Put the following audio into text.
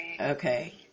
Okay